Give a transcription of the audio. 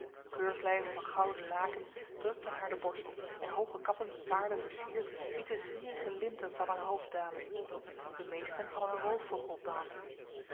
keurslijven van gouden laken drukten haar de borst en hoge kappen met paarlen versierd lieten zwierige linten van haar hoofd dalen de meesten hadden een roofvogel op de hand